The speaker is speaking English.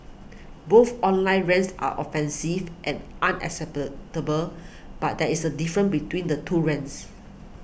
both online rants are offensive and unacceptable but there is a different between the two rants